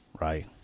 Right